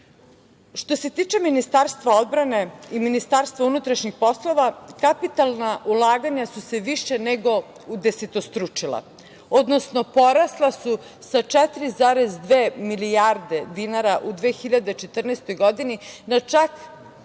se tiče Ministarstva odbrane i Ministarstva unutrašnjih poslova, kapitalna ulaganja su se više nego udesetostručila, odnosno porasla su sa 4,2 milijarde dinara u 2014. godini, na čak